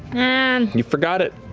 and you forgot it.